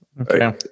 okay